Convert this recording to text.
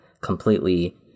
completely